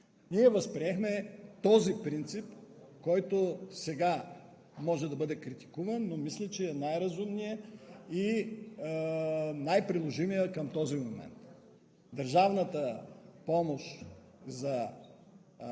ние възприехме този принцип, който сега може да бъде критикуван, но мисля, че е най-разумният и най-приложимият към този момент – държавната помощ за